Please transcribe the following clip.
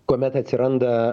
kuomet atsiranda